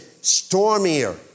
stormier